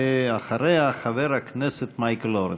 ואחריה, חבר הכנסת מייקל אורן.